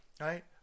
right